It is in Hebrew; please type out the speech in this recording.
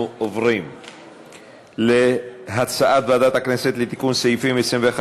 אנחנו עוברים להצעת ועדת הכנסת לתיקון סעיפים 21,